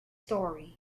story